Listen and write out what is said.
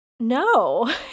No